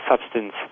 substance